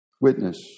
witness